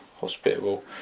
hospitable